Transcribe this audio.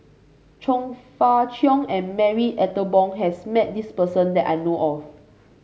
Chong Fah Cheong and Marie Ethel Bong has met this person that I know of